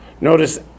Notice